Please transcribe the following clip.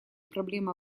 проблемы